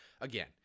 again